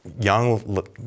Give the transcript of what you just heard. young